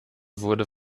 wurde